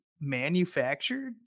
manufactured